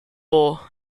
law